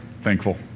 Thankful